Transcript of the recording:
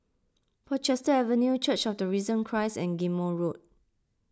Portchester Avenue Church of the Risen Christ and Ghim Moh Road